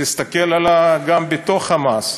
תסתכל גם בתוך "חמאס",